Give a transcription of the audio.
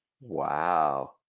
wow